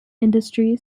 industry